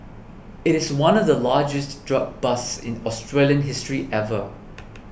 it is one of the largest drug busts in Australian history ever